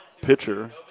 pitcher